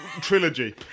trilogy